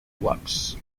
blocks